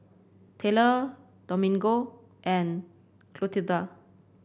Tayler Domingo and Clotilda